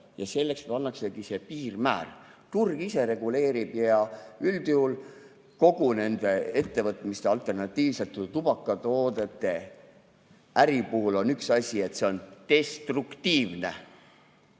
ja selleks pannaksegi see piirmäär. Turg ise reguleerib ja üldjuhul kogu nende ettevõtmiste, alternatiivsete tubakatoodete äri puhul on üks asi, et see on destruktiivne. Kui